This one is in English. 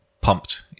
pumped